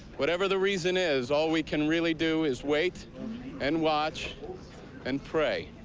whatever the reason is all we can really do is wait and watch and pray.